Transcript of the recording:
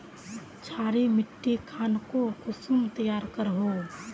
क्षारी मिट्टी खानोक कुंसम तैयार करोहो?